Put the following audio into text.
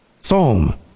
Psalm